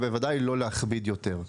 ובוודאי שלא להכביד יותר.